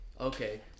Okay